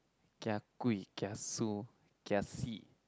kiagui kiasu kiasi